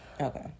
Okay